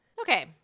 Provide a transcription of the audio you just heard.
Okay